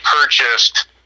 purchased